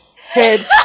head